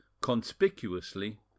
conspicuously